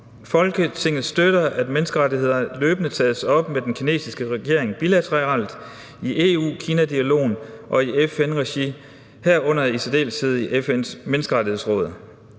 Folketinget støtter, at menneskerettigheder løbende tages op med den kinesiske regering bilateralt, i EU-Kina-dialogen og i FN-regi, herunder i særdeleshed i FN's Menneskerettighedsråd.